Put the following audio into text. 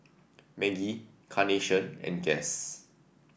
Maggi Carnation and Guess